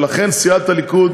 ולכן סיעת הליכוד